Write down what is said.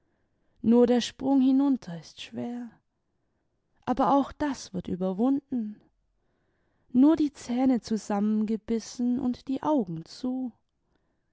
nur der sprung hinunter ist schwer aber auch das wird überwunden nur die zähne zusammengebissen imd die augen zu